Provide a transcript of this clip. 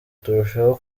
turushaho